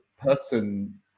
person